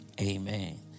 Amen